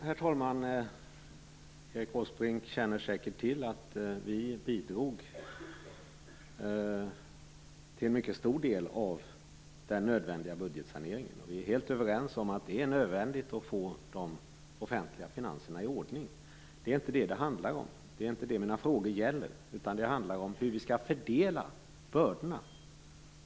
Herr talman! Erik Åsbrink känner säkert till att vi bidrog till en mycket stor del av den nödvändiga budgetsaneringen, och vi är helt överens om att det är nödvändigt att få de offentliga finanserna i ordning. Det är inte det det handlar om. Det är inte det mina frågor gäller. De handlar om hur vi skall fördela bördorna.